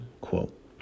quote